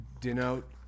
denote